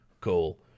Cool